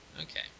okay